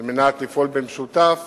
על מנת לפעול במשותף